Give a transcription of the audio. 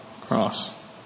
cross